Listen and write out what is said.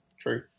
True